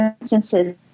instances